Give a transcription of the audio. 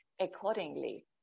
accordingly